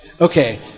Okay